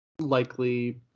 Likely